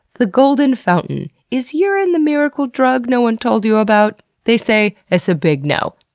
the golden fountain is urine the miracle drug no one told you about? they say it's a big no.